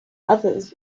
others